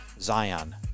zion